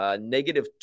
negative